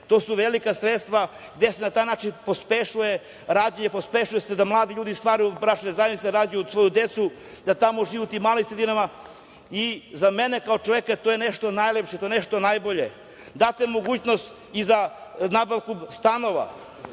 To su velika sredstva gde se pospešuje rađanje, pospešuje se da mladi ljudi ostvaruju bračne zajednice, da rađaju svoju decu, da žive u malim sredinama i za mene, kao čoveka, to je nešto najlepše, to je nešto najbolje. Dajete mogućnost i za nabavku stanova.